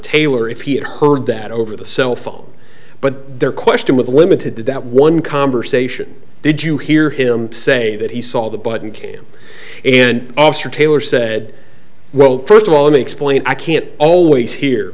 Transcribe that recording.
taylor if he had heard that over the cell phone but there question was limited to that one conversation did you hear him say that he saw the button cam and officer taylor said well first of all let me explain i can't always hear